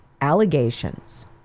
allegations